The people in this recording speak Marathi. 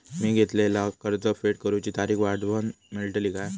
मी घेतलाला कर्ज फेड करूची तारिक वाढवन मेलतली काय?